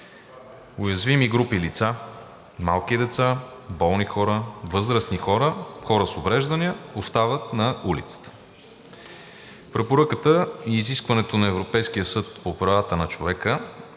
уязвими групи лица – малки деца, болни хора, възрастни хора, хора с увреждания, остават на улицата. Препоръката и изискването на Европейския съд по правата на човека